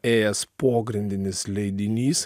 ėjęs pogrindinis leidinys